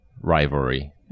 rivalry